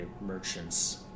merchants